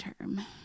term